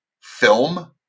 film